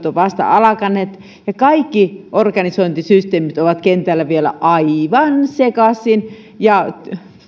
ovat vasta alkaneet ja kaikki organisointisysteemit ovat kentällä vielä aivan sekaisin